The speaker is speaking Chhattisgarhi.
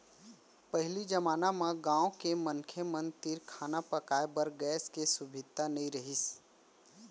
पहिली जमाना म गॉँव के मनसे मन तीर खाना पकाए बर गैस के सुभीता नइ रहिस